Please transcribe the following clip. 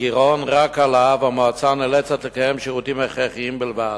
הגירעון רק עלה והמועצה נאלצת לקיים שירותים הכרחיים בלבד.